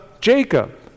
Jacob